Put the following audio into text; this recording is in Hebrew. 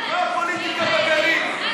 לא הפוליטיקה בגליל.